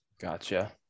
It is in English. gotcha